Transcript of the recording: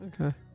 okay